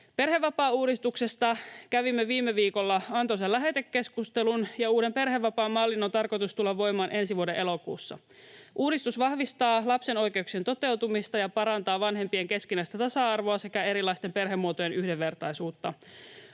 Perhevapaauudistuksesta kävimme viime viikolla antoisan lähetekeskustelun ja uuden perhevapaamallin on tarkoitus tulla voimaan ensi vuoden elokuussa. Uudistus vahvistaa lapsen oikeuksien toteutumista ja parantaa vanhempien keskinäistä tasa-arvoa sekä erilaisten perhemuotojen yhdenvertaisuutta.